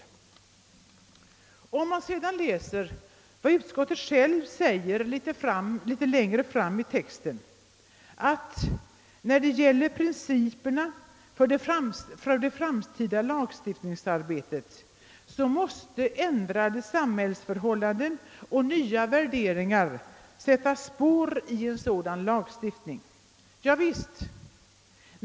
Litet längre fram i texten säger utskottet att i fråga om principerna för det framtida lagstiftningsarbetet måste ändrade samhällsförhållanden och nya värderingar få sätta spår i lagstiftningsarbetet.